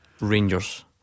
Rangers